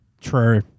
True